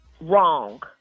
wrong